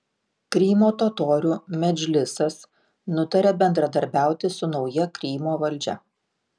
krymo totorių medžlisas nutarė bendradarbiauti su nauja krymo valdžia